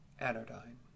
anodyne